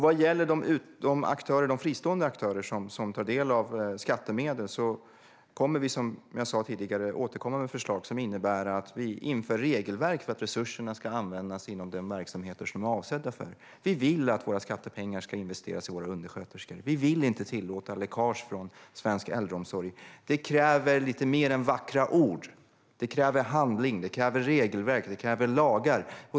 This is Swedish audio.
Vad gäller de fristående aktörer som tar del av skattemedel kommer vi som jag sa tidigare att återkomma med förslag som innebär att vi inför regelverk för att resurserna ska användas inom den verksamhet som de är avsedda för. Vi vill att våra skattepengar ska investeras i våra undersköterskor. Vi vill inte tillåta läckage från svensk äldreomsorg. Det kräver lite mer än vackra ord. Det kräver handling, regelverk och lagar.